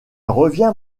revient